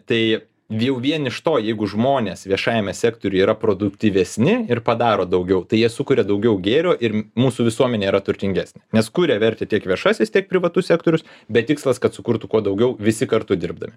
tai jau vien iš to jeigu žmonės viešajame sektoriuje yra produktyvesni ir padaro daugiau tai jie sukuria daugiau gėrio ir mūsų visuomenė yra turtingesnė nes kuria vertę tiek viešasis tiek privatus sektorius bet tikslas kad sukurtų kuo daugiau visi kartu dirbdami